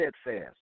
steadfast